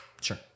Sure